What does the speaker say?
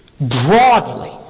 broadly